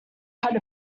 kind